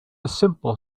simple